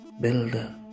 builder